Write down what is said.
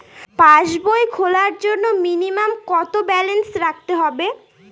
পাসবই খোলার জন্য মিনিমাম কত ব্যালেন্স রাখতে হবে?